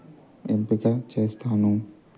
ఎంపిక చేస్తాను